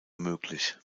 möglich